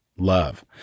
love